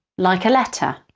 like a letter.